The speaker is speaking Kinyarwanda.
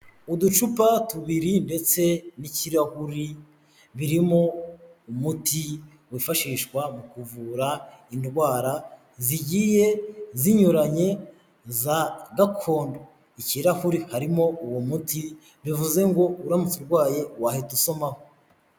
Uducupa tubiri ndetse n'ikirahuri, birimo umuti wifashishwa mu kuvura indwara zigiye zinyuranye za gakondo. Ikirahuri harimo uwo muti, bivuze ngo uramutse urwaye wahita usomaho.